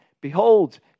Behold